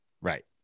Right